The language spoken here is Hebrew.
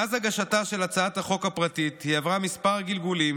מאז הגשתה של הצעת החוק הפרטית היא עברה מספר גלגולים